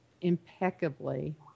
impeccably